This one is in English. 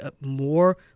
more